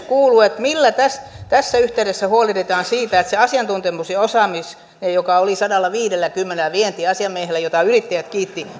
kuuluu millä tässä tässä yhteydessä huolehditaan siitä miten palautetaan se asiantuntemus ja osaaminen joka oli sadallaviidelläkymmenellä vientiasiamiehellä ja jota yrittäjät kiittivät